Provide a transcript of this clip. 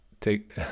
take